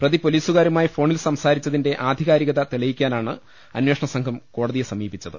പ്രതി പൊലീസുകാരു മായി ഫോണിൽ സംസാരിച്ചതിന്റെ ആധികാരികത തെളിയിക്കാ നാണ് അന്വേഷണസംഘം കോടതിയെ സമീപിച്ചത്